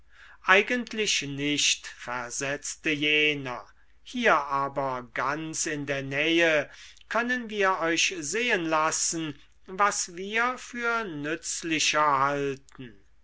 eigentlich nicht versetzte jener hier aber ganz in der nähe können wir euch sehen lassen was wir für nützlicher halten